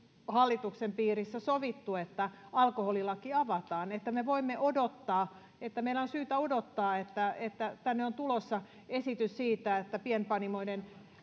hallituksen piirissä sovittu että alkoholilaki avataan että voimme odottaa ja meillä on syytä odottaa että että tänne on tulossa esitys siitä että pienpanimoiden